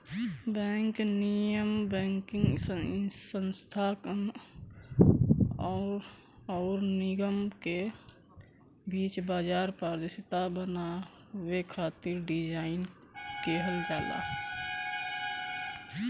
bank विनियम banking संस्थान आउर निगम के बीच बाजार पारदर्शिता बनावे खातिर डिज़ाइन किहल जाला